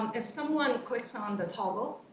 um if someone clicks on the toggle,